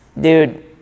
dude